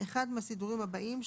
אחד מהסידורים הבאים,